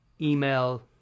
email